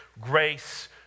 grace